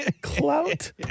Clout